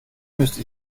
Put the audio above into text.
müsste